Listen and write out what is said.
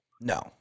No